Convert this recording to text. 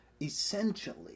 essentially